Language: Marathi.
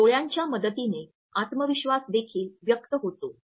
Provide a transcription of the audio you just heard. डोळ्यांच्या मदतीने आत्मविश्वास देखील व्यक्त होतो